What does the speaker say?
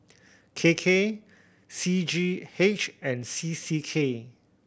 K K C G H and C C K